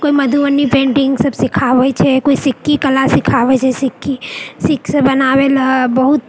कोइ मधुबनी पेन्टिंगसभ सिखाबैत छै कोइ सिक्की कला सिखाबैत छै सिक्की सीकसँ बनाबयलऽ बहुत